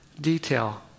detail